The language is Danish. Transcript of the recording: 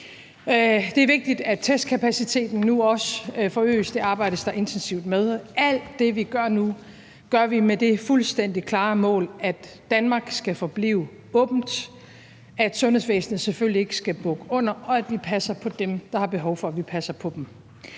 Det er vigtigt, at testkapaciteten nu også forøges. Det arbejdes der intensivt med. Alt det, vi gør nu, gør vi med det fuldstændig klare mål, at Danmark skal forblive åbent, at sundhedsvæsenet selvfølgelig ikke skal bukke under, og at vi passer på dem, der har behov for, at vi passer på dem.